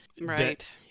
Right